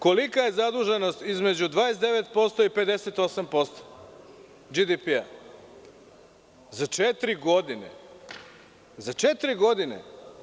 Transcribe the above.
Kolika je zaduženost između 29% i 58% DžDP za četiri godine?